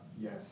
yes